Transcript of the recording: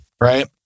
Right